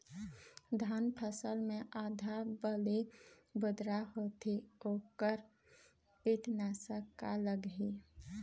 धान फसल मे आधा बाली बोदरा होथे वोकर कीटनाशक का लागिही?